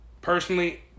Personally